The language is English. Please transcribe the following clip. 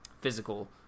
physical